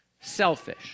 selfish